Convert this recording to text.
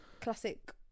classic